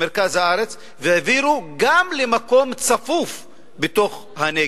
במרכז הארץ, והעבירו למקום צפוף בנגב.